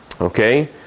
Okay